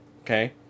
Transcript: Okay